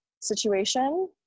situation